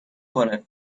کنه